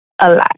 alive